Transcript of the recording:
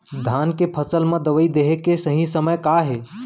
धान के फसल मा दवई देहे के सही समय का हे?